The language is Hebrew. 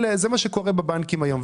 זה מה שקורה בבנקים היום.